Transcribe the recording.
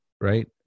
right